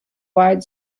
wide